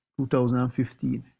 2015